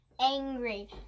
angry